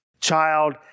child